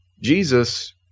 Jesus